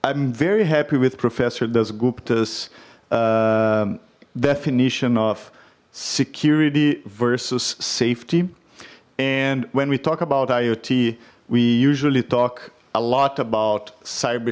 i'm very happy with professor does gupta's definition of security versus safety and when we talk about iot we usually talk a lot about cyber